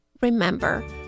remember